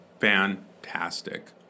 Fantastic